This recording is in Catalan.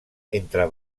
entre